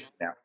now